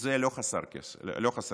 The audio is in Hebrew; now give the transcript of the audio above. לזה לא חסר כסף.